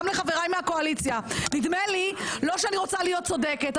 גם לחבריי מהקואליציה: לא שאני רוצה להיות צודקת,